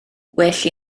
well